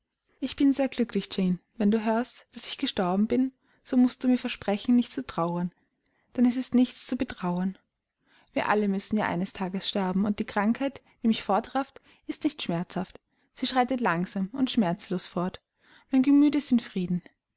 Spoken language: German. ich bin sehr glücklich jane und wenn du hörst daß ich gestorben bin so mußt du mir versprechen nicht zu trauern denn es ist nichts zu betrauern wir alle müssen ja eines tages sterben und die krankheit die mich fortrafft ist nicht schmerzhaft sie schreitet langsam und schmerzlos fort mein gemüt ist in frieden